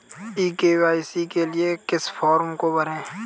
ई KYC के लिए किस फ्रॉम को भरें?